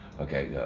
okay